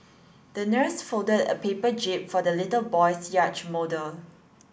the nurse folded a paper jib for the little boy's yacht model